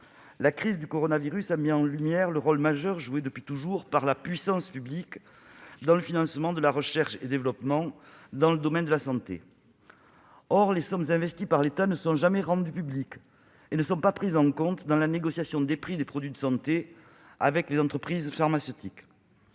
La crise du coronavirus a mis en lumière le rôle majeur joué depuis toujours par la puissance publique dans le financement de la recherche et développement dans le domaine de la santé. Or les sommes investies par l'État ne sont jamais rendues publiques et ne sont pas prises en compte dans la négociation des prix des produits de santé avec les entreprises pharmaceutiques.